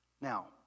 Now